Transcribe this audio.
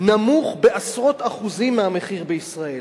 נמוך בעשרות אחוזים מהמחיר בישראל.